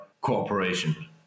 cooperation